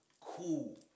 cool